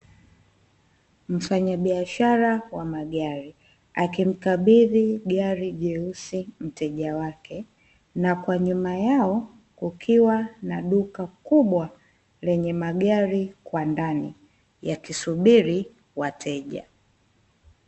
Mfanyabiashara wa magari akimkabidhi gari jeusi mteja wake, na kwa nyuma yao kukiwa na duka kubwa lenye magari kwa ndani yakisubiri wateja.